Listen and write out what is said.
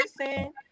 person